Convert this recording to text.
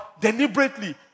deliberately